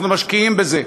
אנחנו משקיעים בזה.